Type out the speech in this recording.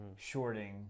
Shorting